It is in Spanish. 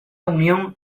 unión